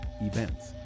events